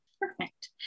Perfect